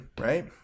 right